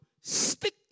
stick